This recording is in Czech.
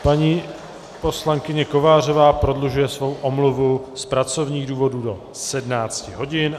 Paní poslankyně Kovářová prodlužuje svou omluvu z pracovních důvodů do 17 hodin.